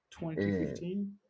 2015